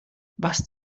was